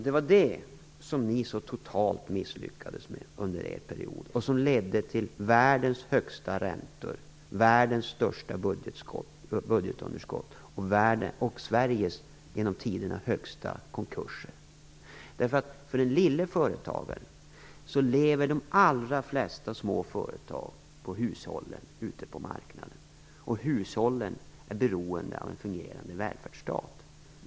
Det var det som ni så totalt misslyckades med under er period och som ledde till världens högsta räntor, världens största budgetunderskott och Sveriges genom tiderna högsta konkursfrekvens. De allra flesta små företag lever nämligen av hushållen ute på marknaden, och hushållen är beroende av en fungerande välfärdsstat.